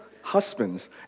husbands